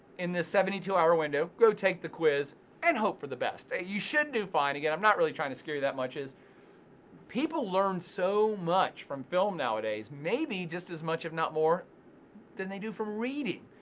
in this seventy two hour window, go take the quiz and hope for the best, you should do fine. again i'm not really trying to scare you that much as people learn so much from film nowadays, maybe just as much if not more than they do from reading.